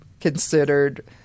considered